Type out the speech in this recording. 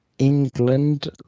England